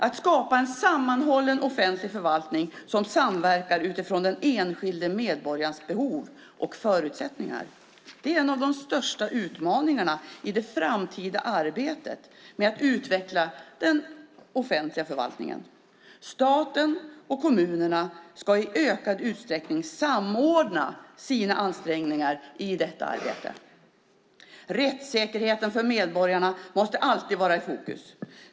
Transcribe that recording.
Att skapa en sammanhållen offentlig förvaltning som samverkar utifrån den enskilde medborgarens behov och förutsättningar är en av de största utmaningarna i det framtida arbetet med att utveckla den offentliga förvaltningen. Staten och kommunerna ska i ökad utsträckning samordna sina ansträngningar i detta arbete. Rättssäkerheten för medborgarna måste alltid vara i fokus.